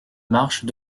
marches